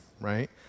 right